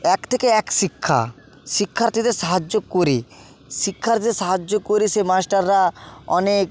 এক থেকে এক শিক্ষা শিক্ষার্থীদের সাহায্য করে শিক্ষার্থীদের সাহায্য করে সে মাস্টাররা অনেক